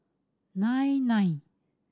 nine nine